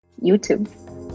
YouTube